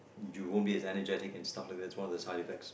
you won't be energetic and stuff like that it's one of the side effects